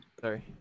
Sorry